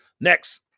next